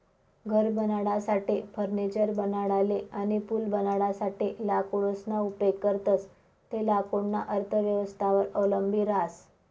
घर बनाडासाठे, फर्निचर बनाडाले अनी पूल बनाडासाठे लाकूडना उपेग करतंस ते लाकूडना अर्थव्यवस्थावर अवलंबी रहास